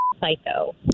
psycho